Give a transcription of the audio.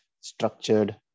structured